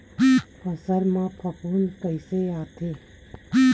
फसल मा फफूंद कइसे आथे?